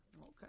Okay